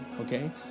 okay